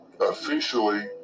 Officially